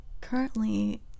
currently